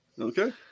Okay